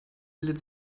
bildet